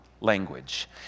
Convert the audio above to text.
language